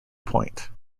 point